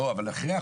לא, אבל אחרי החוק?